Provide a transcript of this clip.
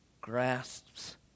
grasps